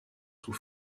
sous